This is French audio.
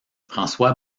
françois